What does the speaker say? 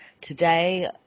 today